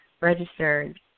registered